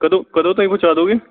ਕਦੋਂ ਕਦੋਂ ਤਾਈ ਪਹੁੰਚਾ ਦੋਗੇ